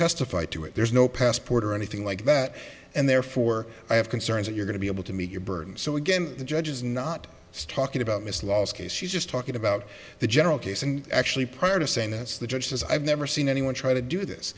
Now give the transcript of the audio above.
testify to it there's no passport or anything like that and therefore i have concerns that you're going to be able to meet your burden so again the judge is not just talking about miss last case she's just talking about the general case and actually prior to saying that's the judge's i've never seen anyone try to do this